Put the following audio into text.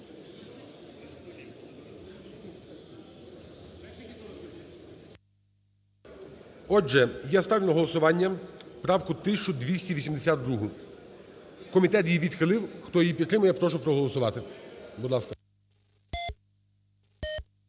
І я ставлю на голосування правку 1292. Комітет її відхилив. Хто її підтримує, прошу голосувати.